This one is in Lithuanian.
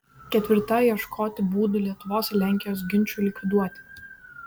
ketvirta ieškoti būdų lietuvos ir lenkijos ginčui likviduoti